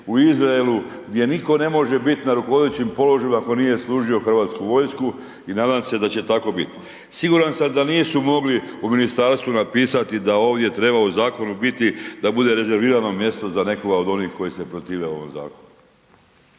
u Izraelu, gdje nitko ne može biti na rukovodećim položajima ako nije služio hrvatsku vojsku i nadam se da će tako biti. Siguran sam da nisu mogli u ministarstvu napisati da ovdje treba u zakonu biti da bude rezervirano mjesto za nekoga od koji se protive ovom zakonu.